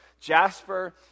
Jasper